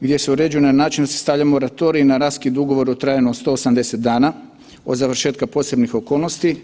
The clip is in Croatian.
gdje se uređuje na način da se stavlja moratorij na raskid ugovora u trajanju od 180 dana od završetka posebnih okolnosti.